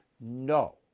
no